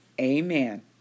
Amen